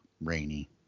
rainy